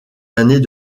années